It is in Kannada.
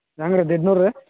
ನಂಗೆ ರೀ ನೂರು